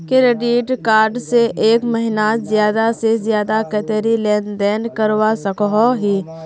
Credit card से एक महीनात ज्यादा से ज्यादा कतेरी लेन देन करवा सकोहो ही?